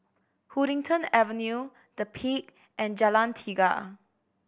Huddington Avenue The Peak and Jalan Tiga